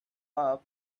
love